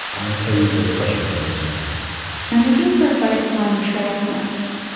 i'm going to play you this question from simone i'm looking for advice on trail snacks.